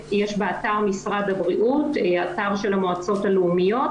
יש באתר משרד הבריאות אתר של המועצות הלאומיות.